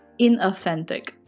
inauthentic